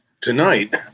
Tonight